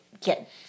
get